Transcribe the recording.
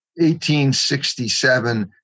1867